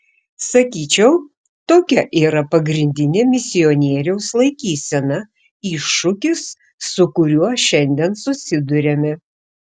sakyčiau tokia yra pagrindinė misionieriaus laikysena iššūkis su kuriuo šiandien susiduriame